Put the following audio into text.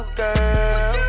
girl